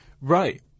Right